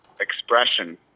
expression